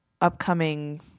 upcoming